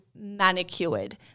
Manicured